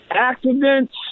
accidents